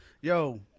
Yo